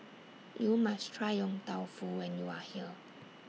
YOU must Try Yong Tau Foo when YOU Are here